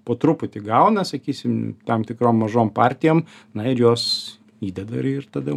po truputį gauna sakysim tam tikrom mažom partijom na ir juos įdeda ir ir tada jau